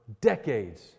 decades